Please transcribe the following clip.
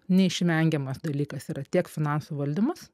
neišvengiamas dalykas yra tiek finansų valdymas